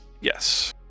yes